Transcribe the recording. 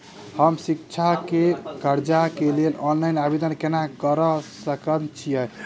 हम शिक्षा केँ कर्जा केँ लेल ऑनलाइन आवेदन केना करऽ सकल छीयै?